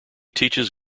teaches